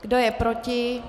Kdo je proti?